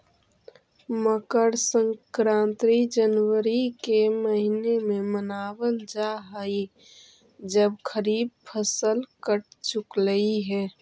मकर संक्रांति जनवरी के महीने में मनावल जा हई जब खरीफ फसल कट चुकलई हे